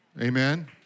amen